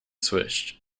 squished